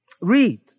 Read